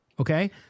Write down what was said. Okay